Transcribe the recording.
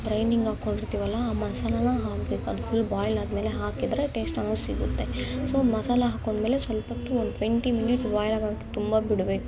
grinding ಹಾಕೊಂಡಿರ್ತೀವಲ್ಲ ಆ ಮಸಾಲನ ಹಾಕಬೇಕು ಅದು ಫುಲ್ಲು ಬಾಯ್ಲ್ ಆದಮೇಲೆ ಹಾಕಿದರೆ ಟೇಸ್ಟ್ ಅನ್ನೋದು ಸಿಗುತ್ತೆ ಸೊ ಮಸಾಲ ಹಾಕೊಂಡ್ಮೇಲೆ ಸ್ವಲ್ಪೊತ್ತು ಒಂದು ಟ್ವೆಂಟಿ ಮಿನಿಟ್ಸ್ ಬಾಯ್ಲ್ ಆಗೋಕೆ ತುಂಬ ಬಿಡಬೇಕು